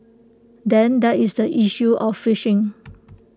then there is the issue of fishing